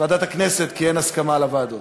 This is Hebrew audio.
ועדת הכנסת, כי אין הסכמה על הוועדה.